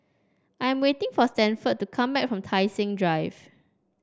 I am waiting for Stanford to come back from Tai Seng Drive